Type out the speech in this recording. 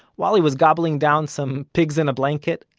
while he was gobbling down some pigs in a blanket,